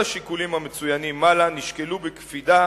כל השיקולים המצוינים מעלה נשקלו בקפידה